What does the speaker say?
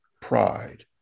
pride